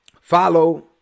follow